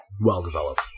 well-developed